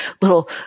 little